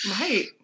Right